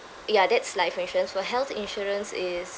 ya that's life insurance for health insurance is